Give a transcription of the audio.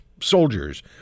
soldiers